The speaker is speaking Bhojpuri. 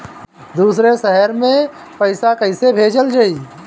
दूसरे शहर में पइसा कईसे भेजल जयी?